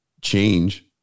change